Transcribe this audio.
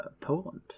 poland